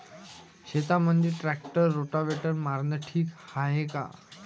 शेतामंदी tractor rotavator मारनं ठीक हाये का?